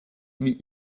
wie